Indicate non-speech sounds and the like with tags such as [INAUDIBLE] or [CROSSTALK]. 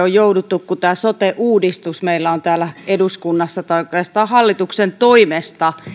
[UNINTELLIGIBLE] on jouduttu kun tämä sote uudistus on meillä täällä eduskunnassa tai oikeastaan hallituksen toimesta